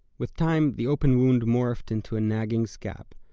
with time, the open wound morphed into a nagging scab,